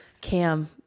Cam